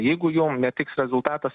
jeigu jum netiks rezultatas